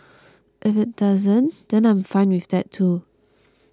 if it doesn't then I'm fine with that too